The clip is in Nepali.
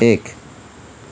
एक